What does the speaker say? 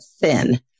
thin